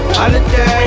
holiday